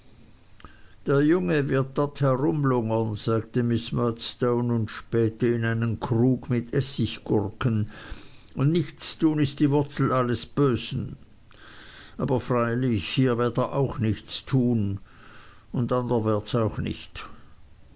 der junge wird dort herumlungern sagte miß murdstone und spähte in einen krug mit essiggurken und nichtstun ist die wurzel alles bösen aber freilich hier wird er auch nichts tun und anderwärts auch nicht